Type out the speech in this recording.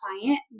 client